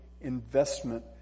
investment